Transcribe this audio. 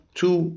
two